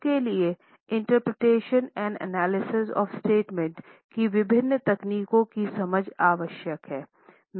उसके लिए interpretation and analysis of statement की विभिन्न तकनीकों को समझना आवश्यक है